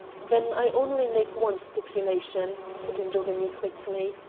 then i only make one stipulation, put in daubeney quickly.